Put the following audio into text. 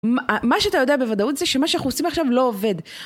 מה שאתה יודע בוודאות זה שמה שאנחנו עושים עכשיו לא עובד.